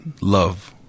love